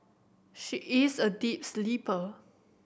she is a deep sleeper